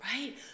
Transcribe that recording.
Right